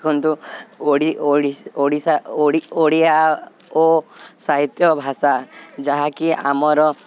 ଦେଖନ୍ତୁ ଓଡ଼ିଶା ଓଡ଼ିଆ ଓ ସାହିତ୍ୟ ଭାଷା ଯାହାକି ଆମର